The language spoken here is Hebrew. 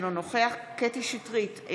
ישנו נוכח קטי קטרין שטרית,